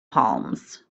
palms